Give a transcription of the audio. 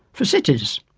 for cities?